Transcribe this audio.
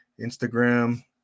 instagram